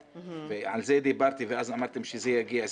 ועל זה דיברתי ואז אמרתם שזה יגיע.